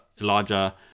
Elijah